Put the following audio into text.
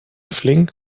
flink